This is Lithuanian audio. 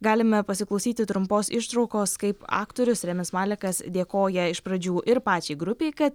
galime pasiklausyti trumpos ištraukos kaip aktorius remis malekas dėkoja iš pradžių ir pačiai grupei kad